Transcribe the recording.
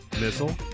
missile